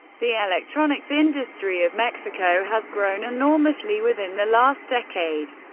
the electronics industry of mexico has grown enormously within the last decade.